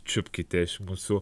čiupkite iš mūsų